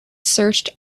searched